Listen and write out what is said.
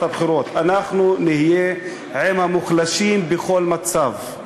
הבחירות: אנחנו נהיה עם המוחלשים בכל מצב.